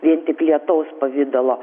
vien tik lietaus pavidalo